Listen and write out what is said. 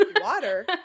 Water